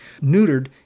neutered